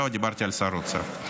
לא, דיברתי על שר האוצר.